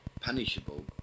punishable